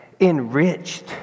enriched